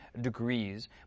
degrees